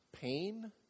pain